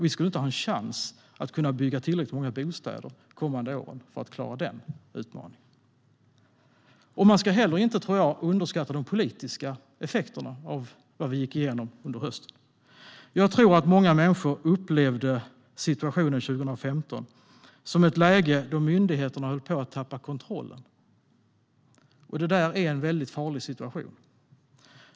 Vi skulle inte ha en chans att bygga tillräckligt många bostäder de kommande åren för att klara den utmaningen. Man ska inte heller underskatta de politiska effekterna av vad Sverige gick igenom under hösten. Jag tror att många människor upplevde situationen 2015 som ett läge då myndigheterna höll på att tappa kontrollen. Det är en farlig situation.